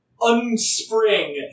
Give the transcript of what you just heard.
unspring